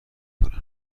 کنن